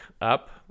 up